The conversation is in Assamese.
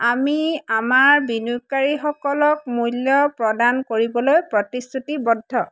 আমি আমাৰ বিনিয়োগকাৰীসকলক মূল্য প্ৰদান কৰিবলৈ প্ৰতিশ্ৰুতিবদ্ধ